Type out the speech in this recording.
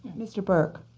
mr. burke.